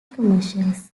commercials